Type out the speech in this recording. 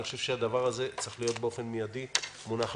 אני חושב שהדבר הזה צריך להיות מונח באופן מידי על סדר-היום.